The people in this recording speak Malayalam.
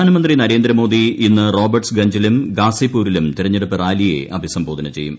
പ്രധാനമന്ത്രി നരേന്ദ്രമോദി ഇന്ന് റോബർട്ട്സ് ഗഞ്ചിലും ഗാസിപൂരിലും തെരഞ്ഞെടുപ്പ് റാലിയെ അഭിസംബോധന ചെയ്യും